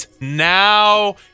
Now